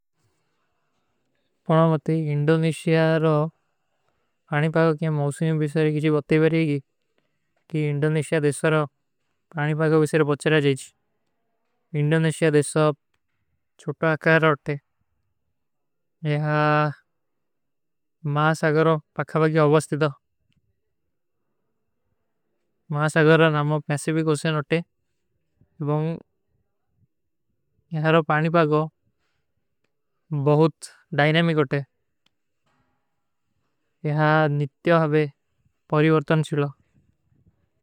ପନାମତେ, ଇଂଡୋନିଶ୍ଯା ରୋ ପାନୀ ପାଗୋ କ୍ଯା ମୌସିଯୋଂ ବିସାରେ କୀଜୀ ବତେ ବାରେଗୀ କି ଇଂଡୋନିଶ୍ଯା ଦେଶାରୋ ପାନୀ ପାଗୋ ବିସାରେ ବଚ୍ଚରା ଜାଈଜୀ ଇଂଡୋନିଶ୍ଯା ଦେଶା ଚୁଟା ଅକାର ରୋ ଉଠତେ ଯହା ମାସ ଆଗରୋ ପକ୍ଖା ବାଗେ ଅଵଜ୍ଥିତୋ ଇଂଡୋନିଶ୍ଯା ଦେଶା ଚୁଟା ଅକାର ରୋ ପାନୀ ପାଗୋ ବିସାରେ ବଚ୍ଚରା ଜାଈଜୀ ଇଂଡୋନିଶ୍ଯା ଦେଶା ଚୁଟା ଅକାର ରୋ ପକ୍ଖା ବାଗେ ଅଵଜ୍ଥିତୋ।